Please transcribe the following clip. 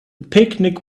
picnic